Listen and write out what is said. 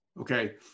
okay